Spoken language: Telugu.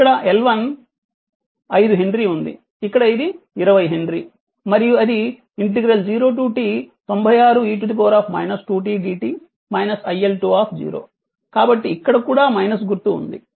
ఇక్కడ L1 5 హెన్రీ ఉంది ఇక్కడ ఇది 20 హెన్రీ మరియు అది 0t96 e 2 t dt iL2 కాబట్టి ఇక్కడ కూడా గుర్తు ఉంది